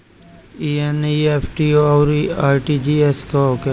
ई एन.ई.एफ.टी और आर.टी.जी.एस का होखे ला?